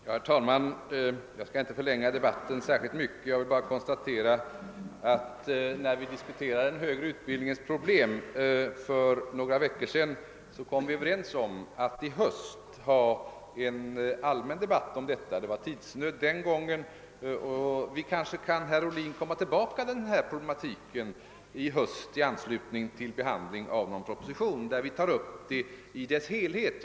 Herr talman! Jag skall inte förlänga debatten särskilt mycket. När vi för några veckor sedan diskuterade den högre utbildningens problem — vi befann oss den gången i tidsnöd — kom vi överens om att ta upp en allmän debatt i höst om dessa saker. Jag vill säga till herr Ohlin att vi kan komma tillbaka till denna problematik i höst i anslutning till en proposition där vi tar upp problematiken i dess helhet.